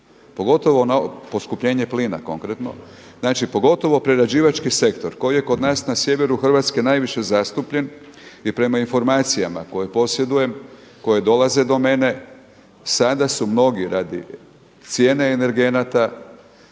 pogotovo na poskupljenje plina konkretno, znači pogotovo prerađivački sektor koji je kod nas na sjeveru Hrvatske najviše zastupljen. I prema informacijama koje posjedujem koje dolaze do mene sada su mnogi radi cijene energenata